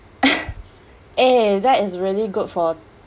eh that is really good for